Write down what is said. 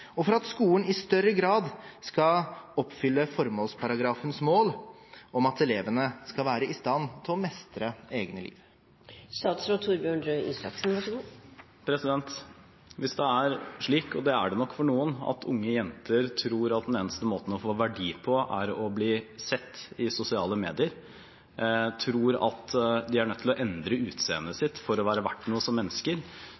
og for at skolen i større grad skal oppfylle formålsparagrafens mål om at elevene skal være i stand til å mestre eget liv. Hvis det er slik, og det er det nok for noen, at unge jenter tror at den eneste måten å få verdi på, er å bli sett i sosiale medier, tror at de er nødt til å endre